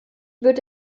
wird